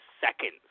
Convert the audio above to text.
seconds